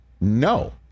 no